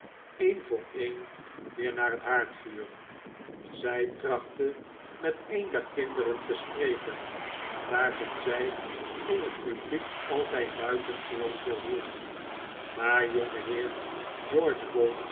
een voor een weer naar het haardvuur zij trachtte met een der kinderen te spreken waarvan zij in het publiek altijd buitengewoon veel hield maar jongeheer